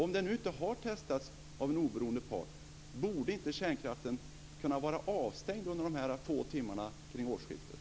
Om de nu inte har testats av en oberoende part, borde inte kärnkraftverken vara avstängda under dessa få timmar kring årsskiftet?